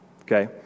okay